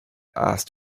asked